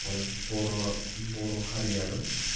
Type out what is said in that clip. आरो बर' हारियाबो